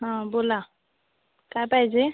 हं बोला काय पाहिजे